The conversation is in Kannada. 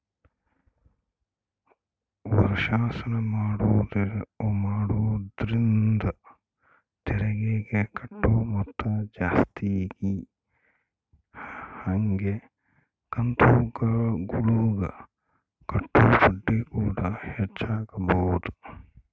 ವರ್ಷಾಶನ ಮಾಡೊದ್ರಿಂದ ತೆರಿಗೆಗೆ ಕಟ್ಟೊ ಮೊತ್ತ ಜಾಸ್ತಗಿ ಹಂಗೆ ಕಂತುಗುಳಗ ಕಟ್ಟೊ ಬಡ್ಡಿಕೂಡ ಹೆಚ್ಚಾಗಬೊದು